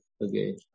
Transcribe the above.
okay